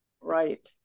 Right